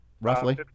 Roughly